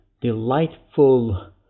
delightful